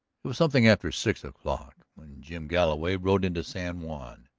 it was something after six o'clock when jim galloway rode into san juan.